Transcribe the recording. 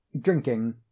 drinking